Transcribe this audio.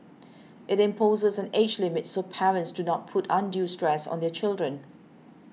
it imposes an age limit so parents do not put undue stress on their children